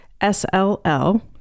SLL